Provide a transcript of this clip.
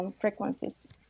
frequencies